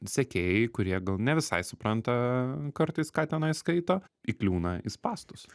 sekėjai kurie gal ne visai supranta kartais ką tenai skaito įkliūna į spąstus